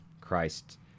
Christ